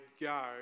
go